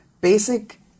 basic